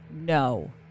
No